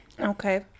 Okay